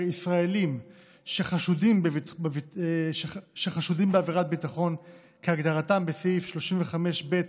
ישראלים שחשודים בעבירת ביטחון כהגדרתם בסעיף 35(ב)